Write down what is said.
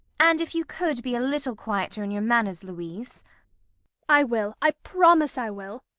and if you could be a little quieter in your manners, louise i will, i promise i will!